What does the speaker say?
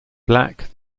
black